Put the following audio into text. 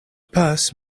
purse